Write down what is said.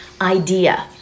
idea